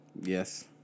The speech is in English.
Yes